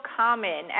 common